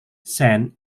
sen